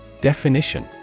Definition